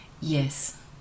yes